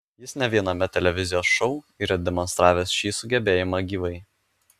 jis ne viename televizijos šou yra demonstravęs šį sugebėjimą gyvai